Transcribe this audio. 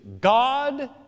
God